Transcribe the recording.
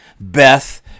Beth